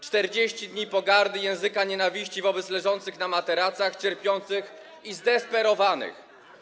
40 dni pogardy, języka nienawiści wobec leżących na materacach, cierpiących i zdesperowanych.